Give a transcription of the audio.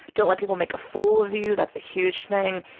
don't let people make a fool of you. that's a huge thing.